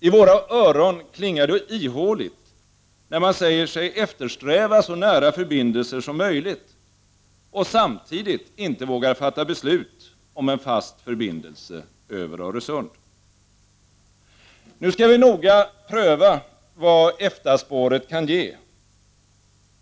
I våra öron klingar det ihåligt, när man säger sig eftersträva så nära förbindelser som möjligt och samtidigt inte vågar fatta beslut om en fast förbindelse över Öresund. Nu skall vi noga pröva vad EFTA-spåret kan ge.